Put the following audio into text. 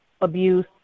abuse